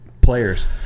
players